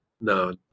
No